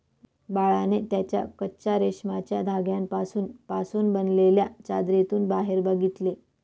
बाळाने त्याच्या कच्चा रेशमाच्या धाग्यांपासून पासून बनलेल्या चादरीतून बाहेर बघितले